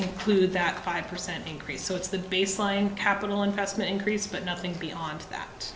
include that five percent increase so it's the baseline capital investment increase but nothing beyond that